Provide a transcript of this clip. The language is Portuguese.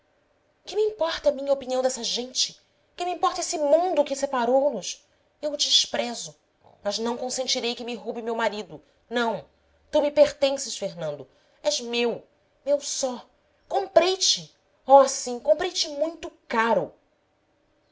que me importa a mim a opinião dessa gente que me importa esse mundo que separou nos eu o desprezo mas não consentirei que me roube meu marido não tu me pertences fernando és meu meu só comprei te oh sim comprei te muito caro